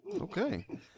Okay